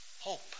hope